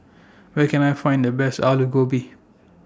Where Can I Find The Best Alu Gobi